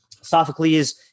Sophocles